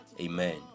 Amen